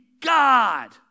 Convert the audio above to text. God